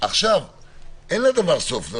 לדבר סוף.